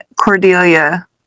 Cordelia